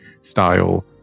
style